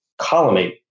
collimate